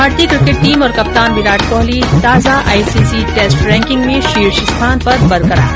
भारतीय cricket team और कप्तान विराट कोहली ताजा I C C test ranking में शीर्ष स्थान पर बरकरार